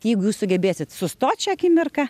jeigu jūs sugebėsit sustot šią akimirką